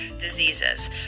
diseases